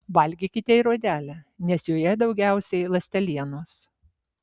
valgykite ir odelę nes joje daugiausiai ląstelienos